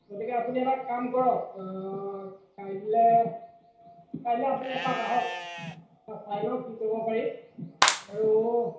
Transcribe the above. গতিকে আপুনি এটা কাম কৰক কাইলৈ কাইলৈ আপুনি এপাক আহক মই চাই লওঁ কি কৰিব পাৰি আৰু